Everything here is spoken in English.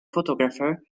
photographer